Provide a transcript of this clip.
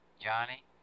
Johnny